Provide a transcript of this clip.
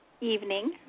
evening